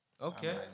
okay